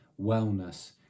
wellness